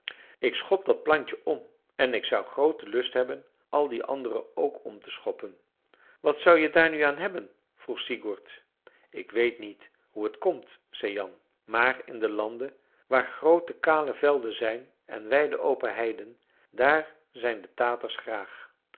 ik schop dat plantje om en ik zou grooten lust hebben al die andere ook om te schoppen wat zou je daar nu aan hebben vroeg sigurd ik weet niet hoe het komt zei jan maar in de landen waar groote kale velden zijn en wijde open heiden daar zijn de taters graag